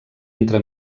entre